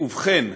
ובכן,